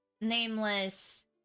nameless